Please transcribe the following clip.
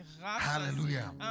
Hallelujah